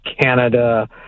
Canada